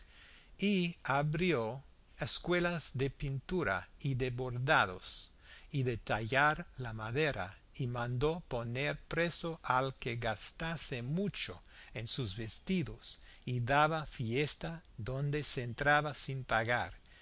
y abrió escuelas de pintura y de bordados y de tallar la madera y mandó poner preso al que gastase mucho en sus vestidos y daba fiesta donde se entraba sin pagar